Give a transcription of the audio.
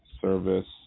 Service